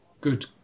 Good